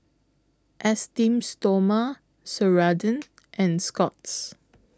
Esteem Stoma Ceradan and Scott's